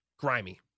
Grimy